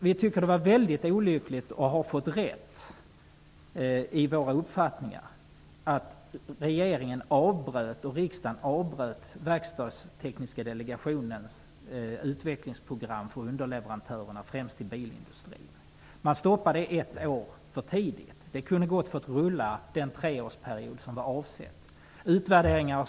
Vi tycker att det var väldigt olyckligt att vi fick rätt i fråga om konsekvenserna av att regeringen och riksdagen avbröt den verkstadstekniska delegationens utvecklingsprogram för underleverantörerna till främst bilindustrin. Man stoppade verksamheten ett år för tidigt. Den kunde gott ha fått pågå under den treårsperiod som var avsedd från början.